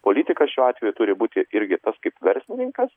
politikas šiuo atveju turi būti irgi tas kaip verslininkas